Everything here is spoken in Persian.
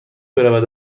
برود